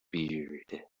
beard